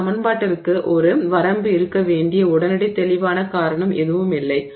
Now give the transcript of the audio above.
இந்த சமன்பாட்டிற்கு ஒரு வரம்பு இருக்க வேண்டிய உடனடி தெளிவான காரணம் எதுவும் இல்லை